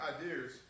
ideas